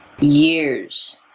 years